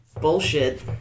bullshit